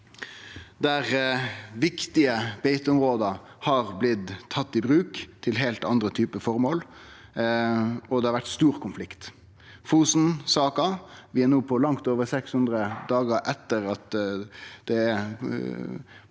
der viktige beiteområde er blitt tatt i bruk til heilt andre typar formål, og det har vore stor konflikt. I Fosen-saka er vi no langt over 600 dagar etter at det